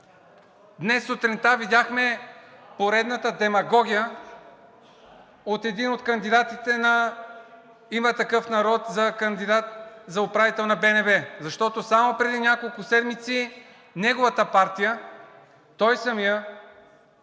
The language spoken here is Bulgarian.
Днес сутринта видяхме поредната демагогия от един от кандидатите на „Има такъв народ“ за управител на БНБ, защото само преди няколко седмици неговата партия, той самият,